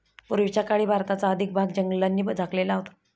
पूर्वीच्या काळी भारताचा अधिक भाग जंगलांनी झाकलेला होता